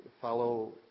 follow